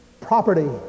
property